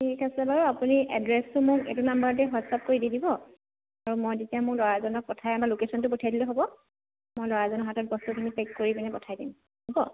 ঠিক আছে বাৰু আপুনি এড্ৰেছটো মোক এইটো নাম্বাৰতে হোৱাটছ আপ কৰি দি দিব মই তেতিয়া মোৰ ল'ৰাজনক পঠাই আমাৰ লোকেচনটো পঠাই দিলে হ'ব মই ল'ৰাজনৰ হাতত বস্তুখিনি পেক কৰি কিনি পঠাই দিম হ'ব